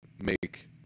make